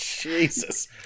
Jesus